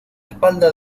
espalda